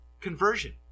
conversion